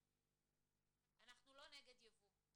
אנחנו לא נגד יבוא,